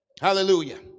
hallelujah